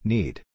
Need